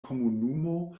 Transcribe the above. komunumo